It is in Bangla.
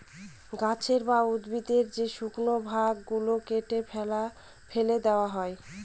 গাছের বা উদ্ভিদের যে শুকনো ভাগ গুলো কেটে ফেলে দেওয়া হয়